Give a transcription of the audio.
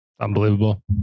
Unbelievable